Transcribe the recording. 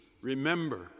remember